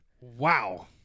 Wow